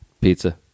Pizza